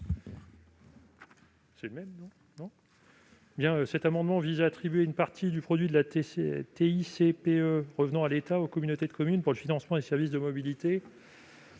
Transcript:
Cet amendement vise à attribuer une partie du produit de la TICPE revenant à l'État aux communautés de communes pour le financement des services de mobilité